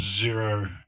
zero